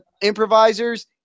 improvisers